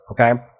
Okay